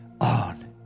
on